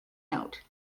note